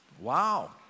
Wow